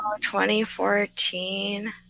2014